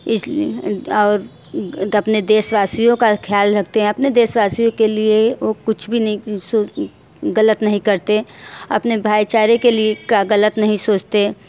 इस अपने देशवासियों का ख़याल रखते हैं अपने देशवासियों के लिए वो कुछ भी नहीं सोच ग़लत नहीं करते हैं अपने भाईचारे के लिए ग़लत नहीं सोचते